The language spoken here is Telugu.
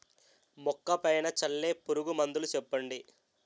మొక్క పైన చల్లే పురుగు మందులు చెప్పండి?